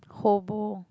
hobo